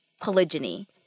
polygyny